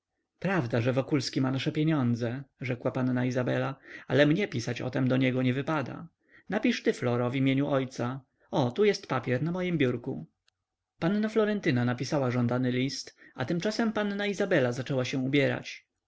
prawda że wokulski ma nasze pieniądze rzekła panna izabela ale mnie pisać o tem do niego nie wypada napisz ty floro w imieniu ojca o tu jest papier na mojem biurku panna florentyna napisała żądany list a tymczasem panna izabela zaczęła się ubierać